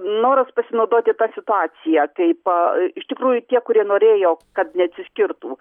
noras pasinaudoti ta situacija taip iš tikrųjų tie kurie norėjo kad neatsiskirtų